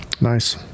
Nice